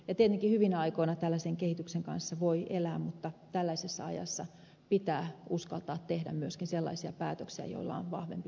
tietenkin hyvinä aikoina tällaisen kehityksen kanssa voi elää mutta tällaisessa ajassa pitää uskaltaa tehdä myöskin sellaisia päätöksiä joilla on vahvempi vaikutus kuntatalouteen